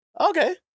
Okay